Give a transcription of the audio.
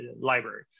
library